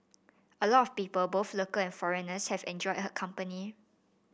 a lot of people both local and foreigners have enjoyed her company